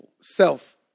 self